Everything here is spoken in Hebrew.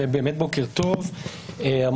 בוקר טוב באמת.